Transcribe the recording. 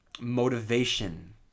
motivation